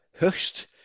Höchst